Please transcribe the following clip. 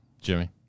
Jimmy